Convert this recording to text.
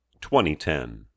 2010